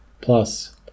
Plus